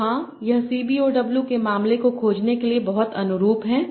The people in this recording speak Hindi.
तो हाँ यह सीबीओडब्ल्यू के मामले को खोजने के लिए बहुत अनुरूप है